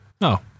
No